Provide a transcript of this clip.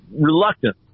reluctant